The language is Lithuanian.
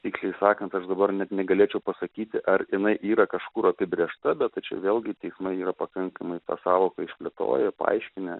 tiksliai sakant aš dabar net negalėčiau pasakyti ar jinai yra kažkur apibrėžta bet tačiau vėlgi teismai yra pakankamai tą sąvoką išplėtoję paaiškinę